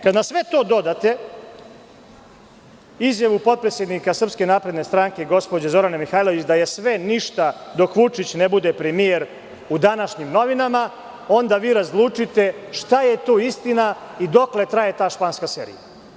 Kada na sve to dodate izjavu potpredsednika SNS gospođe Zorane Mihajlović da je sve ništa dok Vučić ne bude premijer, u današnjim novinama, onda razlučite šta je istina i dokle traje španska serija.